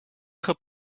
hop